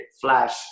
flash